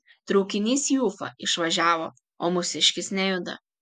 traukinys į ufą išvažiavo o mūsiškis nejuda